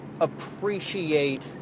appreciate